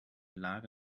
lage